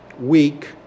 week